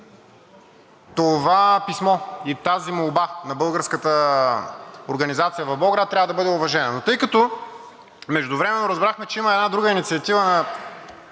това писмо и тази молба на българската организация в Болград трябва да бъде уважено. Но тъй като междувременно разбрахме, че има една друга инициатива на